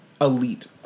elite